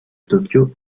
tokyo